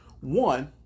one